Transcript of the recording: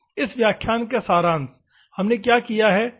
इस व्याख्यान का सारांश हमने क्या किया है